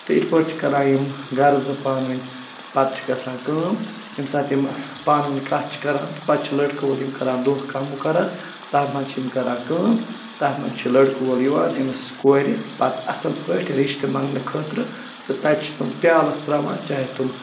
تہٕ یِتھ پٲٹھۍ چھِ کَران یِم گَرٕ زٕ پانہٕ ؤنۍ پَتہٕ چھِ گژھان کٲم ییٚمہِ ساتہٕ یِم پانہٕ ؤنۍ کَتھ چھِ کَران تہٕ پَتہٕ چھِ لٔڑکہٕ وول یِم کَران دۄہ کانٛہہ مقرر تَتھ منٛز چھِ یِم کَران کٲم تَتھ منٛز چھِ لٔڑکہٕ وول یِوان أمِس کورِ پَتہٕ اَصٕل پٲٹھۍ رِشتہٕ منٛگنہٕ خٲطرٕ تہٕ تَتہِ چھِ تٕم پیٛالَس ترٛاوان چاہے تِم